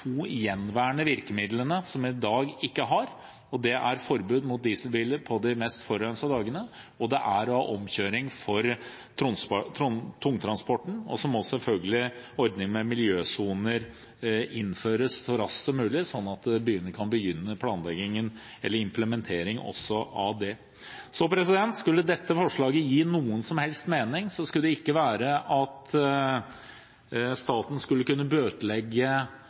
to gjenværende virkemidlene som man i dag ikke har. Det er forbud mot dieselbiler på de mest forurensede dagene, og det er omkjøring for tungtransporten. Så må selvfølgelig en ordning med miljøsoner innføres så raskt som mulig, sånn at byene kan begynne planleggingen, eller implementeringen, også av det. Så skulle dette forslaget gi noen som helst mening, skulle det ikke være at staten skal kunne bøtelegge